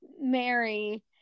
Mary